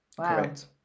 correct